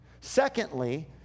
Secondly